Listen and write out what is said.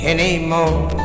Anymore